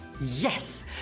Yes